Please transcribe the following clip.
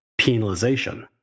penalization